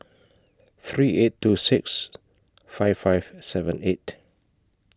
three eight two six five five seven eight